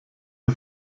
der